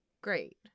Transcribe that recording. Great